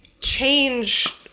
change